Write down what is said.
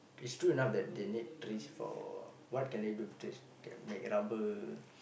it's true enough that they need trees for what can they do with trees can make rubber